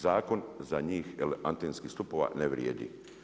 Zakon za njih atenskih stupova, ne vrijedi.